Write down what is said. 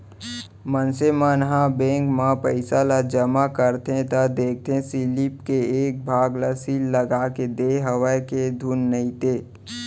मनसे मन ह बेंक म पइसा ल जमा करथे त देखथे सीलिप के एक भाग ल सील लगाके देय हवय के धुन नइते